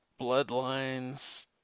Bloodlines